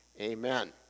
Amen